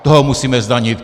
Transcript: Toho musíme zdanit!